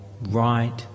right